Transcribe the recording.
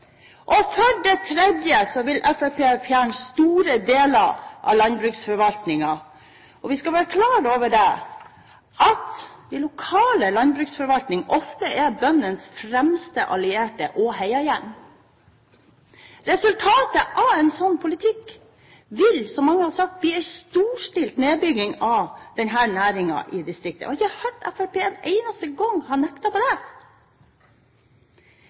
For det tredje vil Fremskrittspartiet fjerne store deler av landbruksforvaltningen. Og vi skal være klar over at den lokale landbruksforvaltningen ofte er bøndenes fremste allierte og heiagjeng. Resultatet av en sånn politikk vil, som mange har sagt, bli en storstilt nedbygging av denne næringen i distriktene. Jeg har ikke hørt at Fremskrittspartiet én eneste gang har nektet for det.